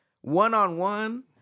one-on-one